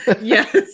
yes